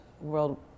World